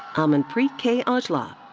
amanpreet k. aujla.